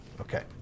Okay